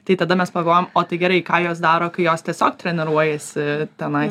tai tada mes pagalvojo o tai gerai ką jos daro kai jos tiesiog treniruojasi tenai